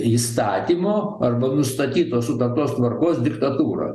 įstatymo arba nustatytos sutartos tvarkos diktatūra